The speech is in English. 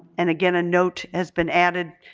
and again a note has been added,